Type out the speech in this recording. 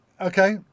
Okay